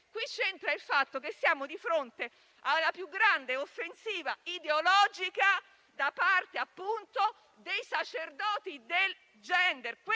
qui c'entra il fatto che siamo di fronte alla più grande offensiva ideologica da parte, appunto, dei sacerdoti del *gender*.